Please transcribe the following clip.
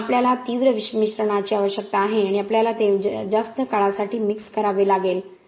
म्हणून आपल्याला तीव्र मिश्रणाची आवश्यकता आहे आणि आपल्याला ते जास्त काळासाठी मिक्स करावे लागेल